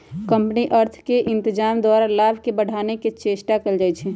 company अर्थ के इत्जाम द्वारा लाभ के बढ़ाने के चेष्टा कयल जाइ छइ